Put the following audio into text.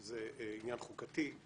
זה עניין חוקתי,